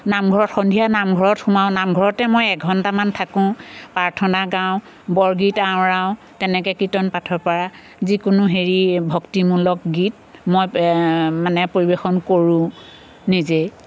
নামঘৰত সন্ধিয়া নামঘৰত সোমাওঁ নামঘৰতে মই এঘণ্টামান থাকোঁ পাৰ্থনা গাওঁ বৰগীত আওৰাওঁ তেনেকৈ কীৰ্তন পাঠৰ পৰা যিকোনো হেৰি ভক্তিমূলক গীত মই মানে পৰিৱেশন কৰোঁ নিজেই